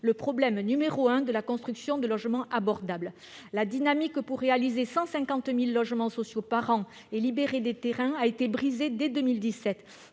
le problème numéro un de la construction de logements abordables. La dynamique pour réaliser 150 000 logements sociaux par an et libérer des terrains a été brisée dès 2017.